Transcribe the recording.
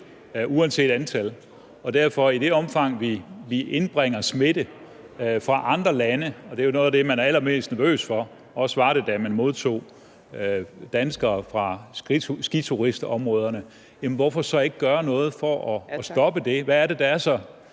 uanset antallet. Så i det omfang vi indbringer smitte fra andre lande, og det er jo noget af det, man er allermest nervøs for – og det var man også, da man modtog danskere fra skituristområderne – hvorfor så ikke gøre noget for at stoppe det? Hvad er det, der er så